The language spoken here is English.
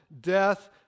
death